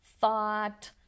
thought